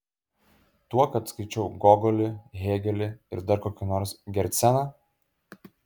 tuo kad skaičiau gogolį hėgelį ir dar kokį nors gerceną